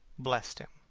blessed him.